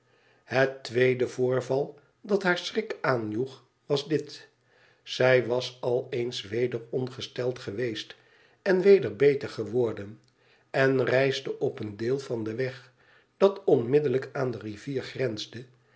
het tweede voorval dat haar schrik aanjoeg was dit zij was al eens weder ongesteld geweest en weder beter geworden en reisde op een deel van den weg dat onmiddellijk aan de rivier grensde